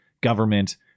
government